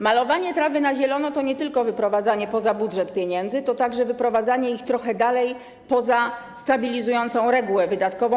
Malowanie trawy na zielono to nie tylko wyprowadzanie pieniędzy poza budżet, to także wyprowadzanie ich trochę dalej poza stabilizującą regułę wydatkową.